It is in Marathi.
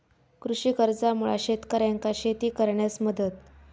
कृषी कर्जामुळा शेतकऱ्यांका शेती करण्यास मदत